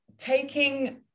taking